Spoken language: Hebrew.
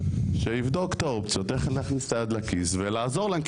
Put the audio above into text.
שיבדוק את האופציות איך להכניס את היד לכיס ולעזור להם,